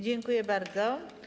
Dziękuję bardzo.